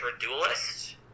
duelist